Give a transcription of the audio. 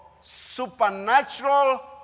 supernatural